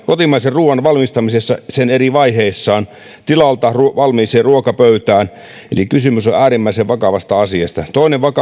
kotimaisen ruuan valmistamisesta sen eri vaiheissa tilalta valmiiseen ruokapöytään eli kysymys on on äärimmäisen vakavasta asiasta